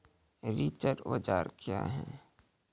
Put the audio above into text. रिचर औजार क्या हैं?